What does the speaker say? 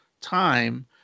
time